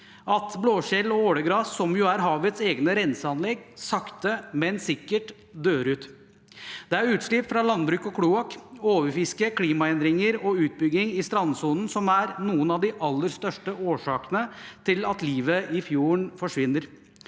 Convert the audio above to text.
blåskjell og ålegress, som jo er havets egne renseanlegg, sakte, men sikkert dør ut. Det er utslipp fra landbruk og kloakk, overfiske, klimaendringer og utbygging i strandsonen som er noen av de aller største årsakene til at livet i fjorden forsvinner.